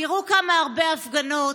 תראו כמה הרבה הפגנות,